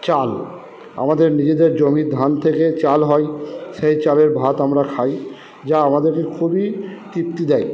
চাল আমাদের নিজেদের জমির ধান থেকে চাল হয় সেই চালের ভাত আমরা খাই যা আমাদেরকে খুবই তৃপ্তি দেয়